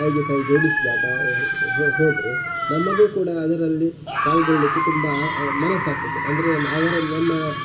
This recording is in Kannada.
ಕೈಗೆ ಕೈ ಜೋಡಿಸಿದಾಗ ಹೋದರೆ ನಮಗು ಕೂಡ ಅದರಲ್ಲಿ ಪಾಲ್ಗೊಳ್ಳಿಕ್ಕೆ ತುಂಬಾ ಮನಸ್ಸಾಗ್ತದೆ ಅಂದರೆ ಅವರು ನಮ್ಮ